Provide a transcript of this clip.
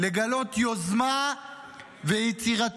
לגלות יוזמה ויצירתיות